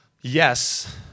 yes